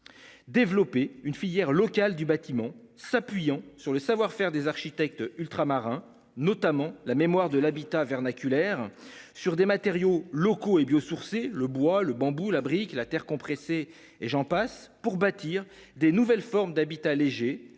Développé une filière locale du bâtiment. S'appuyant sur le savoir-faire des architectes ultramarins notamment la mémoire de l'habitat vernaculaire sur des matériaux locaux et bio-sourcés le bois le bambou la brique la terre. Et j'en passe pour bâtir des nouvelles formes d'habitat léger